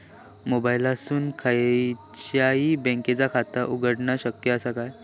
मोबाईलातसून खयच्याई बँकेचा खाता उघडणा शक्य असा काय?